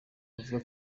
avuga